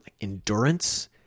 endurance